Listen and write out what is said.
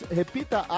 repita